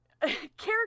Character